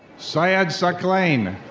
syad sacclain.